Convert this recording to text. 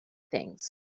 things